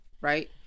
Right